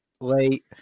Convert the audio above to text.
late